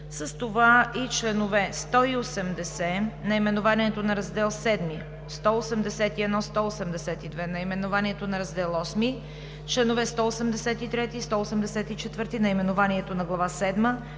С това и членове 180, наименованието на Раздел VII, 181, 182, наименованието на Раздел VIII, членове 183 и 184, наименованието на Глава